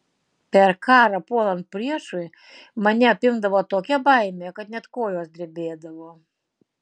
per karą puolant priešui mane apimdavo tokia baimė kad net kojos drebėdavo